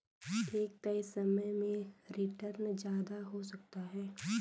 एक तय समय में रीटर्न ज्यादा हो सकता है